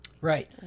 Right